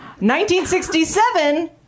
1967